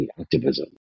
activism